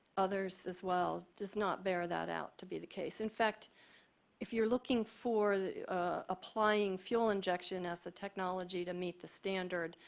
others as well does not bare that out to be the case. in fact if you're looking for applying fuel injection as the technology to meet the standard,